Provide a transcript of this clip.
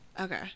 Okay